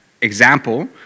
example